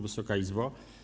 Wysoka Izbo!